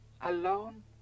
Alone